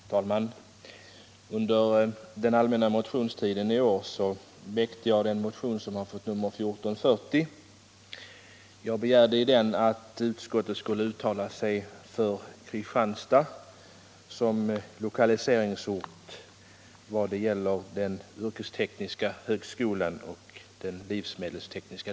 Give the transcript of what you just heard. Herr talman! Under den allmänna motionstiden i år väckte jag den motion som fått numret 1440. Jag begärde i den att utskottet skulle uttala sig för Kristianstad som lokaliseringsort för den livsmedelstekniska linjen på den yrkestekniska högskolan.